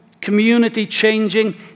community-changing